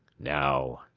now,